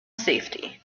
safety